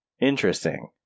interesting